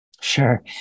Sure